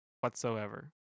Whatsoever